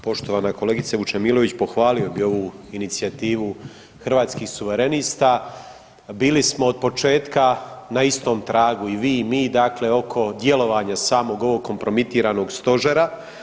Poštovana kolegice Vučemilović pohvalio bi ovu inicijativu Hrvatskih suverenista, bili smo od početka na istom tragu i vi i mi dakle oko djelovanja samog ovog kompromitiranog stožera.